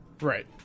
Right